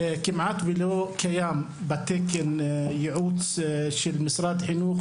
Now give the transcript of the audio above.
כמעט ולא קיים בתקן ייעוץ של משרד החינוך